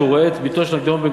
כשהוא רואה את בתו של נקדימון בן